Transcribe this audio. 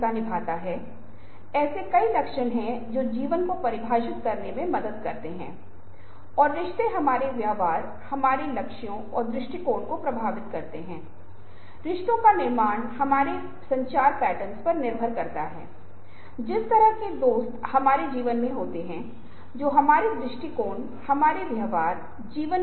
वास्तविकता कुछ ऐसी है जो हमारी इंद्रियों द्वारा मध्यस्थ है और आज हम पाते हैं कि हमारी इंद्रियों से परे है हालांकि वे इंद्रियों द्वारा मध्यस्थ हैं हमारी इंद्रियों से फिर से उन्हें वास्तविकता के रास्ते में कुछ और अवरुद्ध कर दिया है जो कंप्यूटर स्क्रीन या विभिन्न प्रकार की स्क्रीन है